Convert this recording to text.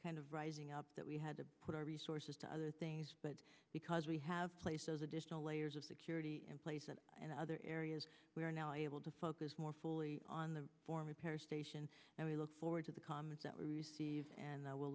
kind of rising up that we had to put our resources to other things but because we have placed those additional layers of security in place and other areas we are now able to focus more fully on the form repair station and we look forward to the comments that we receive and i will